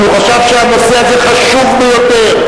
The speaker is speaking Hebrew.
כי הוא חשב שהנושא הזה חשוב ביותר,